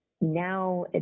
now